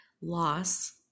loss